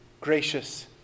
gracious